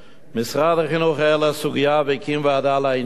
משרד החינוך ער לסוגיה והקים ועדה לעניין,